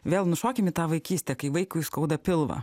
vėl nušokim į tą vaikystę kai vaikui skauda pilvą